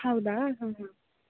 ಹೌದಾ ಹಾಂ ಹಾಂ